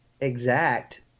exact